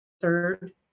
third